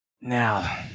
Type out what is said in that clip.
Now